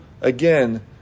again